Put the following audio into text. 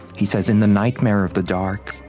he says, in the nightmare of the dark,